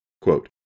quote